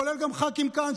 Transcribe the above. כולל ח"כים כאן,